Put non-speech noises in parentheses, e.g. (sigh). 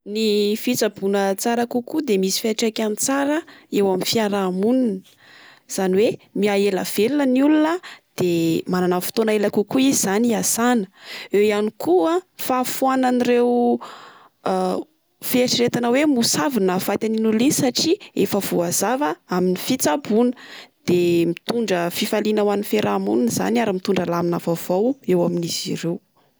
Ny fitsaboana tsara kokoa de misy fiatraikany tsara eo amin'ny fiaraha-monina. Izany hoe miaha ela velona ny olona, de manana fotoana ela kokoa izy zany hiasana. Eo ihany koa fanafohana an'ireo (hesitation) fieritreretana hoe mosavy no nahafaty an'iny olona iny. Satria efa voazava amin'ny fitsaboana. De mitondra fifaliana amin'ny fiaraha-monina izany ary mitondra lamina vaovao eo amin'izy ireo.